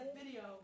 video